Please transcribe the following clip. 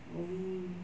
movie